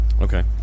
Okay